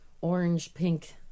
orange-pink